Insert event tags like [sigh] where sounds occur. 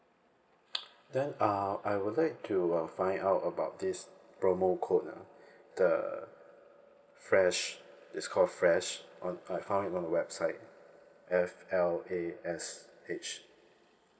[noise] then uh I would like to uh find out about this promo code ah the flash it's call flash on I find it on the website F L A S H